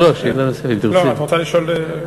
את רוצה לשאול?